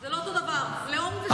חוק הלאום, זה לא אותו דבר, לאום זה,